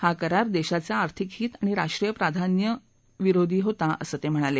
हा करार देशाचे आर्थिक हित आणि राष्ट्रीय प्राधान्य विरोधी होता असं ते म्हणाले